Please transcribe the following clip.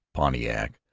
pontiac,